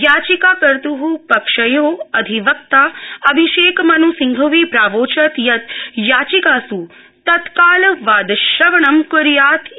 याचिका कर्त पक्षयो अधिवक्तण अभिषेकमन् सिंघवी प्रावोचत यत याचिकास् तत्काल वादश्रवणं कुर्यात् इति